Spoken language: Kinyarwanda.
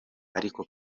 ariko